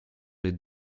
les